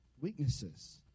Weaknesses